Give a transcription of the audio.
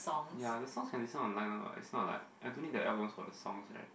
ya the songs can listen online [one] [what] it's not like I don't need the albums for the songs right